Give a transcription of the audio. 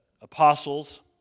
apostles